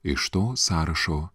iš to sąrašo